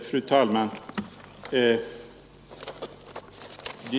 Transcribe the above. Fru talman!